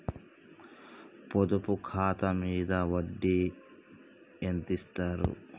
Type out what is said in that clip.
పొదుపు ఖాతా మీద వడ్డీ ఎంతిస్తరు?